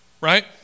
right